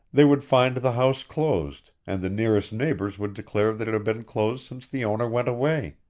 they would find the house closed, and the nearest neighbors would declare that it had been closed since the owner went away.